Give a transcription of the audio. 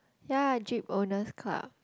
ya jeep owners' club